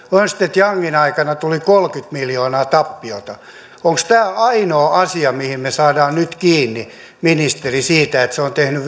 ernst youngin aikana tuli kolmekymmentä miljoonaa tappiota onko tämä ainoa asia missä me saamme nyt ministerin kiinni siitä että hän on tehnyt